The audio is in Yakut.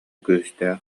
күүстээх